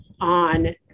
on